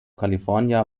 california